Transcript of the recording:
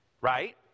Right